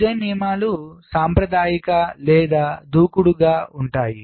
design నియమాలు సాంప్రదాయిక లేదా దూకుడుగా ఉంటాయి